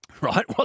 Right